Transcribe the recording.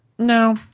No